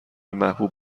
محبوب